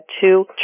two